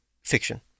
fiction